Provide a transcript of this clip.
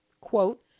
quote